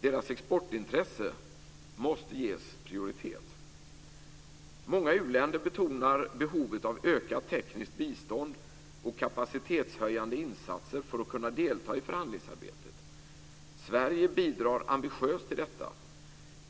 Deras exportintresse måste ges prioritet. Många u-länder betonar behovet av ökat tekniskt bistånd och kapacitetshöjande insatser för att kunna delta i förhandlingsarbetet. Sverige bidrar ambitiöst till detta.